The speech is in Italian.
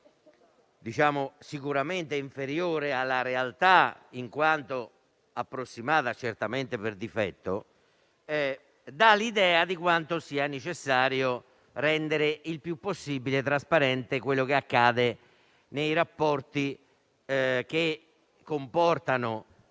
evidentemente inferiore alla realtà in quanto approssimata certamente per difetto, dà l'idea di quanto sia necessario rendere il più possibile trasparente quanto accade nei rapporti che comportano